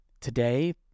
today